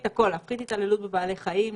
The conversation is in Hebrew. הכול, להפחית התעללות בבעלי חיים,